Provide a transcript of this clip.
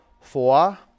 Four